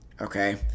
okay